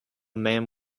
man